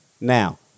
now